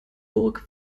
burg